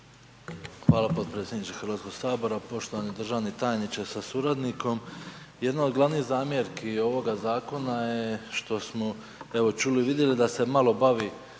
Hvala potpredsjedniče Hrvatskog sabora. Poštovani državni tajniče sa suradnikom. Jedna od glavnih zamjerki ovoga zakona je što smo evo čuli i vidjeli da se malo bavi